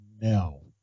no